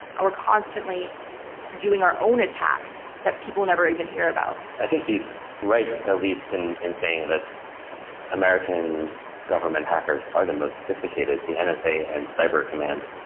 um we're constantly doing our own attacks that people never even hear about. i think he's right, at least, and in saying that american government hackers are the most sophisticated, the and nsa and cyber command,